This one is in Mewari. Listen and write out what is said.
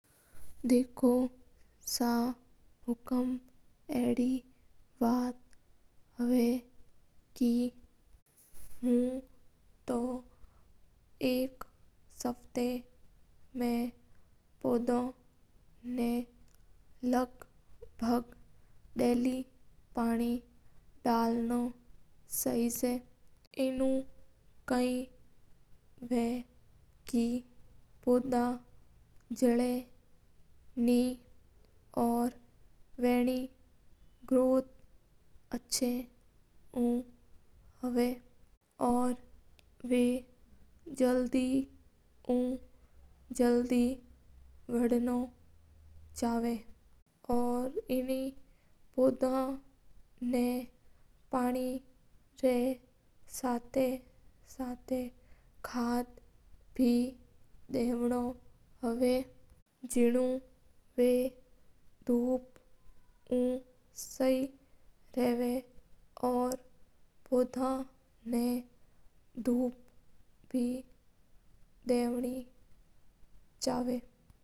देखो सा हुकूम अडी बात हा के एक सप्ताह मा एक पौँधा ना डाली पानी डाल नो पड्डा पौधा जला नीं और बन्नी ग्रोट अच्छा उ होवा हा। एणा पौधा ना पानी र साता साता कठ बड़ी देव नोहव जाका उ बन महीना कदे नीं लागा और पौधा ना धूप रीई बे बौत जरूरत रवा हा।